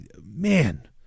man